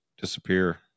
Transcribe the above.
disappear